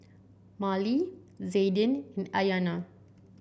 Marlee Zaiden Aiyana